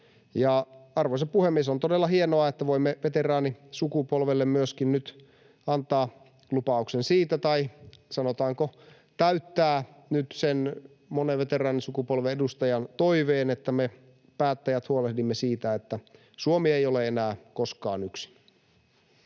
Arvoisa puhemies! On todella hienoa, että voimme veteraanisukupolvelle nyt myöskin antaa lupauksen siitä tai, sanotaanko, täyttää nyt sen monen veteraanisukupolven edustajan toiveen, että me päättäjät huolehdimme siitä, että Suomi ei ole enää koskaan yksin.